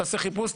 תעשה חיפוש,